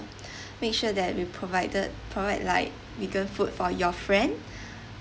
make sure that we provided provide like vegan food for your friend